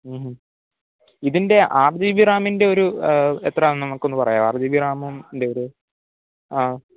മ്മ് ഹ് ഇതിന്റെ ആറ് ജി ബി റാമിന്റെ ഒരു എത്ര ആണെന്ന് നമുക്ക് ഒന്ന് പറയുമോ ആറ് ജി ബി റാമും ന്റെ ഒരു